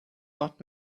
what